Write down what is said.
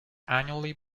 annually